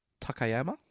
Takayama